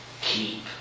Keep